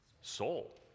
Soul